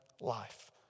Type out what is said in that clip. life